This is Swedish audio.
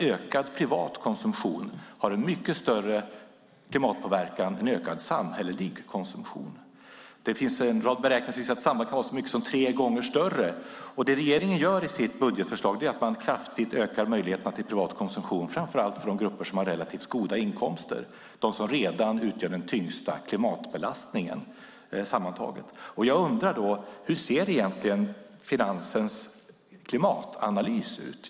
Ökad privat konsumtion har en mycket större klimatpåverkan än ökad samhällelig konsumtion har. Det finns en rad beräkningar som visar att sambandet kan vara så mycket som tre gånger starkare. Det regeringen gör i sitt budgetförslag är att kraftigt öka möjligheterna till privat konsumtion, framför allt för de grupper som har relativt goda inkomster. Det är de som redan utgör den tyngsta klimatbelastningen sammantaget. Jag undrar hur Finansens klimatanalys ser ut.